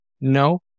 no